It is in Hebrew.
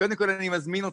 אני מזמין אתכם,